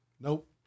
Nope